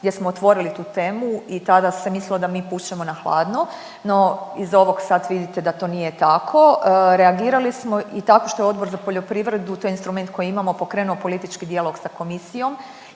gdje smo otvorili tu temu i tada se mislio da mi pušemo na hladno, no iz ovog sad vidite da to nije tako. Reagirali smo i tako što je Odbor za poljoprivredu, to je instrument koji imamo pokrenuo politički dijalog sa komisijom